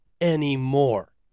anymore